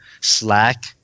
slack